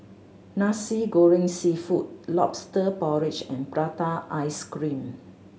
Nasi Goreng Seafood Lobster Porridge and prata ice cream